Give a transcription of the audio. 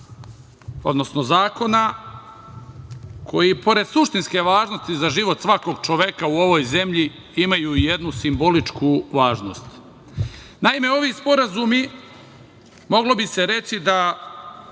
odnosno zakona, koji, pored suštinske važnosti za život svakog čoveka u ovoj zemlji, imaju i jednu simboličnu važnost. Naime, ovi sporazumi moglo bi se reći da